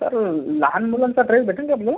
sir लहान मुलांचा dress भेटेल का आपल्याला